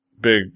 big